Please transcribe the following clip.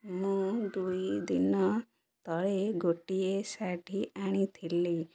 ମୁଁ ଦୁଇଦିନ ତଳେ ଗୋଟିଏ ଶାଢ଼ୀ ଆଣିଥିଲି